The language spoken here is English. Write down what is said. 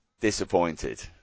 disappointed